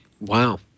Wow